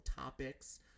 topics